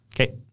okay